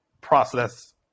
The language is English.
process